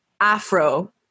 Afro